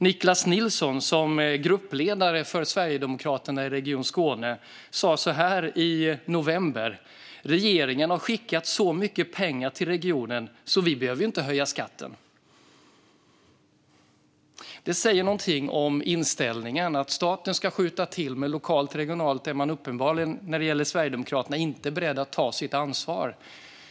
Niclas Nilsson, som är gruppledare för Sverigedemokraterna i Region Skåne, sa i november: Regeringen har skickat så mycket pengar till regionen att vi inte behöver höja skatten. Det säger något om inställningen; staten ska skjuta till, men lokalt och regionalt är Sverigedemokraterna uppenbarligen inte beredda att ta sitt ansvar.